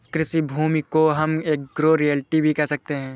कृषि भूमि को हम एग्रो रियल्टी भी कह सकते है